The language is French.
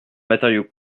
matériaux